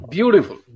Beautiful